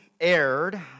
aired